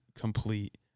complete